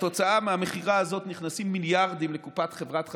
כתוצאה מהמכירה הזאת נכנסים מיליארדים לקופת חברת חשמל,